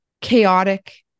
chaotic